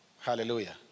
Hallelujah